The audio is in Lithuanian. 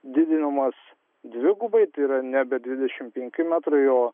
didinamas dvigubai tai yra nebe dvidešimt penki metrai o